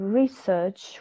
research